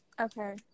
okay